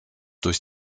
durch